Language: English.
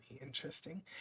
interesting